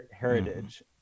heritage